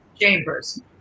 chambers